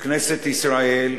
בכנסת ישראל,